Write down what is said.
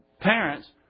parents